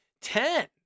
ten